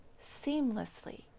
seamlessly